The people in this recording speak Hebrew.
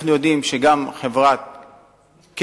אנחנו יודעים שגם חברת "קשת"